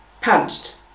punched